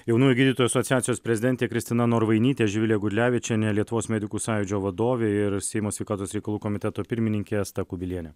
jaunųjų gydytojų asociacijos prezidentė kristina norvainytė živilė gudlevičienė lietuvos medikų sąjūdžio vadovė ir seimo sveikatos reikalų komiteto pirmininkė asta kubilienė